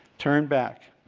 turn back,